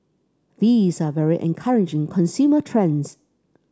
these are very encouraging consumer trends